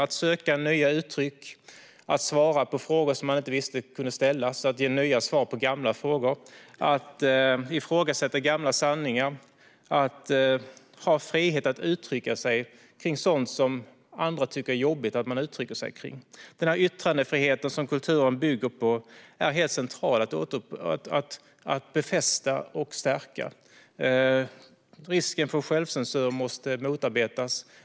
Det handlar om att söka nya uttryck, att svara på frågor som man inte visste kunde ställas och om att ge nya svar på gamla frågor. Det handlar om att ifrågasätta gamla sanningar och om att ha frihet att uttrycka sig kring sådant som andra tycker är jobbigt att man uttrycker sig kring. Det är helt centralt att befästa och stärka den yttrandefrihet som kulturen bygger på. Risken för självcensur måste motarbetas.